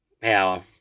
power